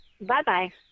Bye-bye